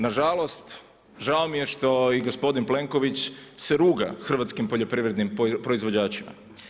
Nažalost, žao mi je što i gospodin Plenković se ruga hrvatskim poljoprivrednim proizvođačima.